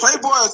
Playboy